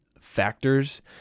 factors